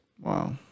Wow